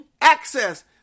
access